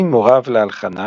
בנם של אירמה מורה למוזיקה,